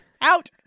Out